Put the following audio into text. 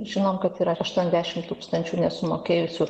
žinom kad yra aštuoniasdešimt tūkstančių nesumokėjusių